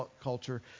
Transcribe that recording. culture